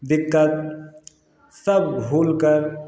दिक्कत सब भूलकर